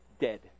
dead